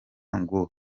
ngo